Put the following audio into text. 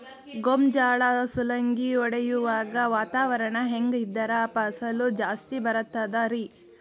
ಗೋಂಜಾಳ ಸುಲಂಗಿ ಹೊಡೆಯುವಾಗ ವಾತಾವರಣ ಹೆಂಗ್ ಇದ್ದರ ಫಸಲು ಜಾಸ್ತಿ ಬರತದ ರಿ?